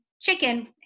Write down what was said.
chicken